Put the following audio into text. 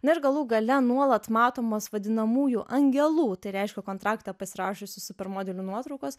na ir galų gale nuolat matomos vadinamųjų angelų tai reiškia kontraktą pasirašiusių supermodelių nuotraukos